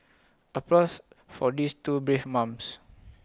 applause for these two brave mums